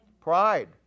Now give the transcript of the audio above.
Pride